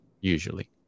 usually